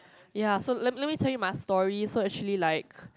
ya so let let me tell you my story so actually like